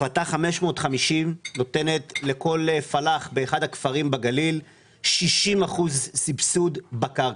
החלטה 550 נותנת לכל פלאח באחד הכפרים בגליל 60 אחוזים סבסוד בקרקע.